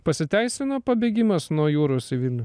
pasiteisino pabėgimas nuo jūros į vilnių